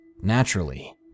Naturally